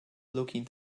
looking